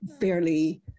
fairly